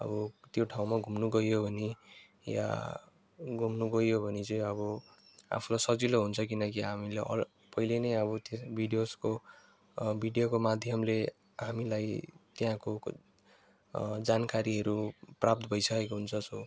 अब त्यो ठाउँमा घुम्नु गइयो भने या घुम्नु गइयो भने चाहिँ अब आफूँलाई सजिलो हुन्छ किनकि हामीले अल् पहिले नै अब त्यो भिडियोजको भिडियोको माध्यमले हामीलाई त्यहाँको जानकारीहरू प्राप्त भइसकेको हुन्छ सो